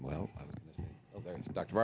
well dr